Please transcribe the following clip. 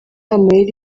amayeri